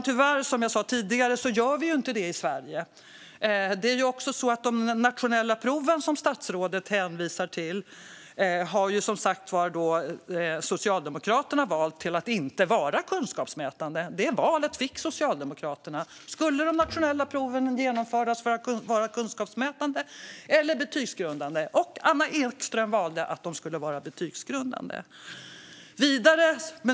Tyvärr, fru talman, gör vi inte det i Sverige. Statsrådet hänvisar till de nationella proven, men Socialdemokraterna har valt att inte göra dem kunskapsmätande. Det valet fick Socialdemokraterna: Skulle de nationella proven genomföras för att vara kunskapsmätande eller betygsgrundande? Anna Ekström valde att de skulle vara betygsgrundande.